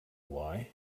why